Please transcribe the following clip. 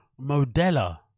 Modella